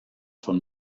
von